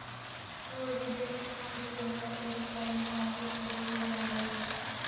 provident fund के हर एक कर्मचारी के देल जा हई